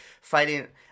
fighting